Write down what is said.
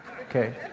Okay